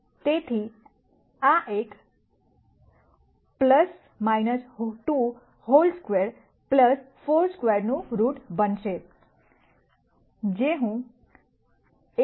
તેથી આ એક 2 હોલ સ્ક્વેર્ડ 4 સ્ક્વેર્ડનું રુટ બનશે